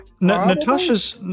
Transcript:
Natasha's